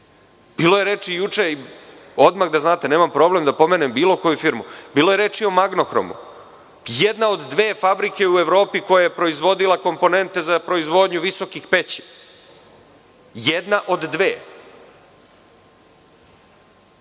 je reči juče, odmah da znate, nemam problem da pomenem bilo koju firmu, o „Magnohromu“. Jedna od dve fabrike u Evropi koja je proizvodila komponente za proizvodnju visokih peći, jedna od dve. Sve